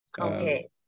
Okay